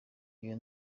iyo